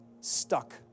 stuck